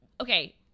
okay